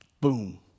Boom